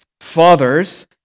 Fathers